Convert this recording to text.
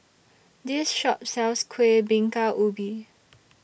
This Shop sells Kueh Bingka Ubi